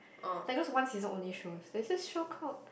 like those one season only shows there's this show called